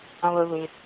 hallelujah